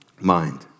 mind